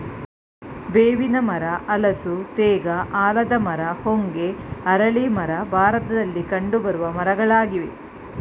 ಬೇವಿನ ಮರ, ಹಲಸು, ತೇಗ, ಆಲದ ಮರ, ಹೊಂಗೆ, ಅರಳಿ ಮರ ಭಾರತದಲ್ಲಿ ಕಂಡುಬರುವ ಮರಗಳಾಗಿವೆ